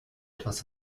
etwas